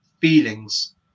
feelings